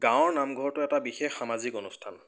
গাঁৱৰ নামঘৰটো এটা বিশেষ সামাজিক অনুষ্ঠান